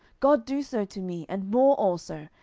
god do so to me, and more also,